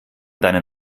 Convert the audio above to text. deinen